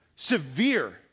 Severe